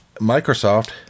microsoft